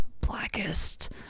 Blackest